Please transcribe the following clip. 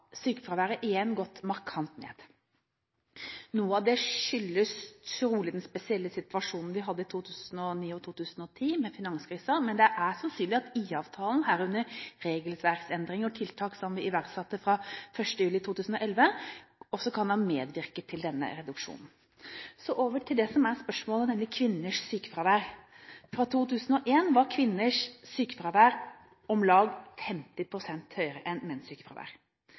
sykefraværet igjen gått markant ned. Noe av det skyldes trolig den spesielle situasjonen vi hadde i 2009–2010, med finanskrisen, men det er sannsynlig at IA-avtalen – herunder regelverksendringene og tiltakene som vi iverksatte fra 1. juli 2011 – også kan ha medvirket til denne reduksjonen. Over til det som er spørsmålet, nemlig kvinners sykefravær: I 2001 var kvinners sykefravær om lag 50 pst. høyere enn menns.